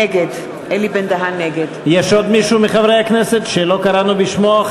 נגד יש עוד מישהו מחברי הכנסת שלא קראנו בשמו?